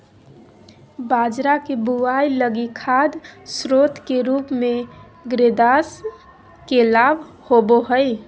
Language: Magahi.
बाजरा के बुआई लगी खाद स्रोत के रूप में ग्रेदास के लाभ होबो हइ